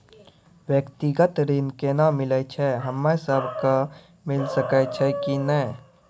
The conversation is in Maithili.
व्यक्तिगत ऋण केना मिलै छै, हम्मे सब कऽ मिल सकै छै कि नै?